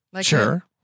Sure